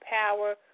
power